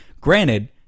Granted